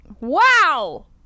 Wow